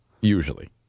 usually